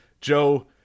Joe